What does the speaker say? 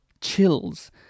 chills